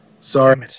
Sorry